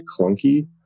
clunky